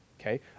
okay